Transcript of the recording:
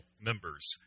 members